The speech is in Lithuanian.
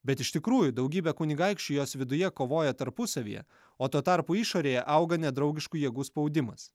bet iš tikrųjų daugybė kunigaikščių jos viduje kovoja tarpusavyje o tuo tarpu išorėje auga nedraugiškų jėgų spaudimas